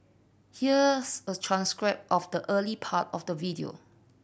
here's a transcript of the early part of the video